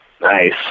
Nice